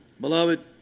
Beloved